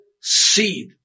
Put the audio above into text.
seed